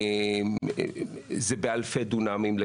זה באלפי דונמים.